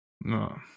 No